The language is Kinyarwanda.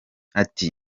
ati